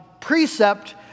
precept